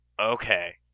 Okay